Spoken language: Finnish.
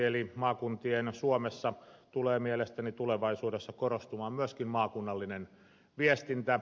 eli maakuntien suomessa tulee mielestäni tulevaisuudessa korostumaan myöskin maakunnallinen viestintä